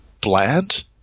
bland